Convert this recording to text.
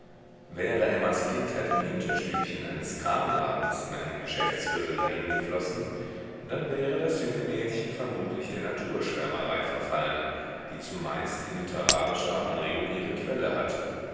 wäre emmas kindheit im hinterstübchen eines kramladens in einem geschäftsviertel dahingeflossen dann wäre das junge mädchen vermutlich der naturschwärmerei verfallen die zumeist in literarischer anregung ihre quelle hat